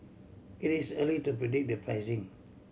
it is early to predict the pricing